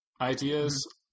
ideas